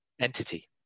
entity